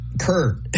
Kurt